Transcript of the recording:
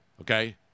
Okay